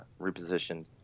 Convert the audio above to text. repositioned